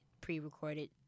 pre-recorded